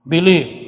Believe